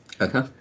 Okay